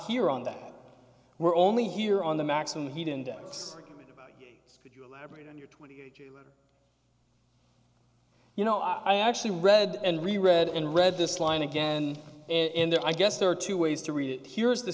here on that we're only here on the maximum heat index could you elaborate on your twenty's you know i actually read and really read and read this line again and i guess there are two ways to read it here is the